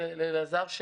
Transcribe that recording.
אלעזר,